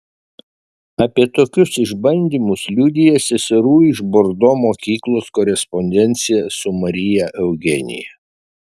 apie tokius išbandymus liudija seserų iš bordo mokyklos korespondencija su marija eugenija